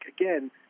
again